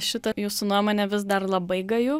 šita jūsų nuomonė vis dar labai gaju